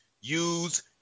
use